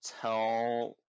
tell